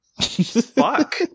fuck